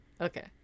Okay